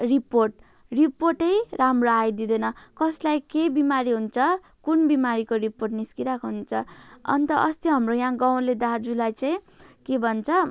report रिपोर्टै राम्रो आइदिँदैन कसलाई के बिमारी हुन्छ कुन बिमारीको रिपोर्ट निस्किरहेको हुन्छ अन्त अस्ति हाम्रो यहाँ गाउँले दाजुलाई चाहिँ के भन्छ